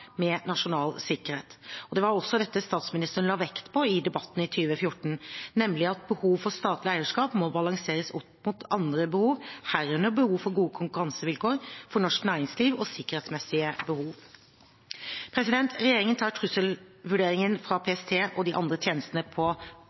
med nasjonal sikkerhet. Det var også dette statsministeren la vekt på i debatten i 2014, nemlig at behovet for statlig eierskap må balanseres opp mot andre behov, herunder behovet for gode konkurransevilkår for norsk næringsliv og sikkerhetsmessige behov. Regjeringen tar trusselvurderingene fra PST og de andre tjenestene på